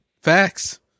facts